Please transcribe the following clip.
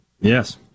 Yes